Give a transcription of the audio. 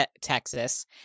Texas